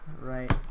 right